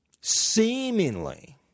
seemingly